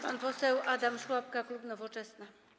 Pan poseł Adam Szłapka, klub Nowoczesna.